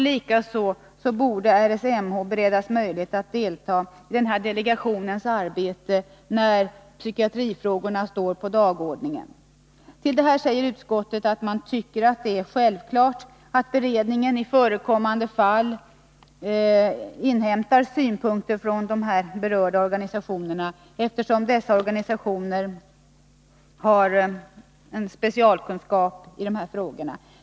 Likaså borde RSMH beredas möjlighet att delta i denna delegations arbete när psykiatrifrågorna står på dagordningen. Till detta säger utskottet att man tycker det är självklart att beredningen i förekommande fall inhämtar synpunkter på organisationerna, eftersom dessa organisationer har en specialkunskap i dessa frågor.